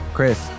Chris